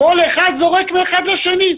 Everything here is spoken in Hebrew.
כל אחד זורק מהאחד לשני.